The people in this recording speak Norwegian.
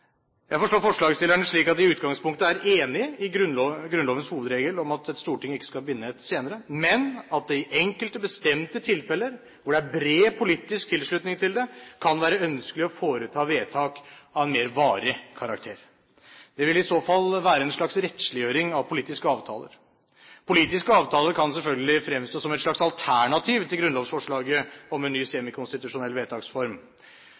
Jeg forstår forslagsstillerne slik at de i utgangspunktet er enige i Grunnlovens hovedregel om at et storting ikke skal binde et senere, men at det i enkelte, bestemte tilfeller, hvor det er bred politisk tilslutning til det, kan være ønskelig å foreta vedtak av mer varig karakter. Det vil i så fall være en slags rettsliggjøring av politiske avtaler. Politiske avtaler kan selvfølgelig fremstå som et slags alternativ til grunnlovsforslaget om en ny semikonstitusjonell vedtaksform.